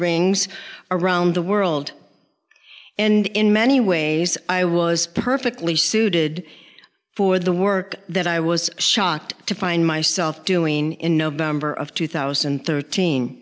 rings around the world and in many ways i was perfectly suited for the work that i was shocked to find myself doing in november of two thousand and thirteen